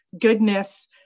goodness